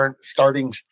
starting